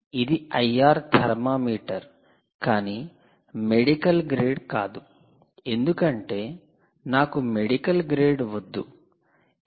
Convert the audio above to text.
ఇది IR thermometer కాని medical grade కాదు ఎందుకంటే నాకు మెడికల్ గ్రేడ్ వద్దు ఎందుకంటే 0